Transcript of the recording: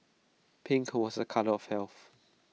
pink was A colour of health